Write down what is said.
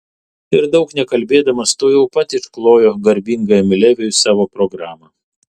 ir daug nekalbėdamas tuojau pat išklojo garbingajam leviui savo programą